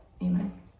amen